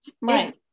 right